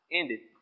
ended